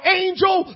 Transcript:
angel